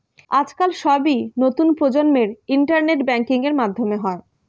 আজকাল সবই নতুন প্রজন্মের ইন্টারনেট ব্যাঙ্কিং এর মাধ্যমে হয়